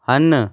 ਹਨ